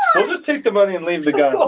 we'll just take the money and leave to go